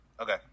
okay